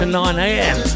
9am